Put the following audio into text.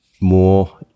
more